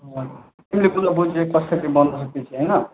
अँ तिमीले कुरा बुझ्यो कसरी बनाउँछ त्यो चाहिँ होइन